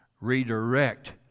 redirect